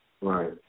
Right